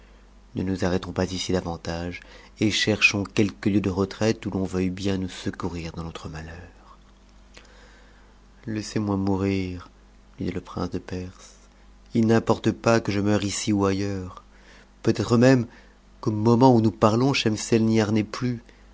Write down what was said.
ne nous arrêtons pas ici davantage et cherchons quelque lieu de retraite où l'on veuitte bien nous secourir dans notre malheur anbar était une ville sur le ti re vingt lieues au-dessous de laissez-moi mourir lui dit le prince deperse il n'importe pas que je meure ici ou ailleurs peut-être même qu'au moment où nous parlons schemselnihar n'est plus